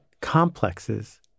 complexes